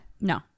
no